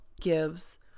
gives